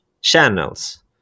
channels